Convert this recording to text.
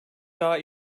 daha